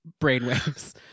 brainwaves